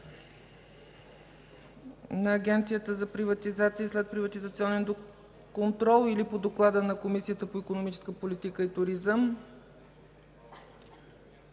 на Агенцията за приватизация и следприватизационен контрол или по доклада на Комисията по икономическа политика и туризъм?